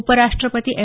उपराष्ट्रपती एम